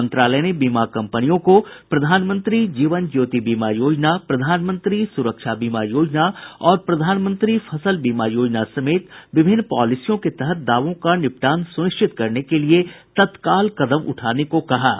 मंत्रालय ने बीमा कम्पनियों को प्रधानमंत्री जीवन ज्योति बीमा योजना प्रधानमंत्री सुरक्षा बीमा योजना और प्रधानमंत्री फसल बीमा योजना समेत विभिन्न पॉलिसियों के तहत दावों का निपटान सुनिश्चित करने के लिए तत्काल कदम उठाने का निर्देश दिया है